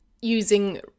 using